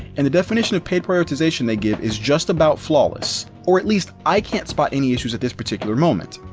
and the definition of paid prioritization they give is just about flawless, or at least i can't spot any issues at this particular moment.